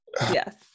Yes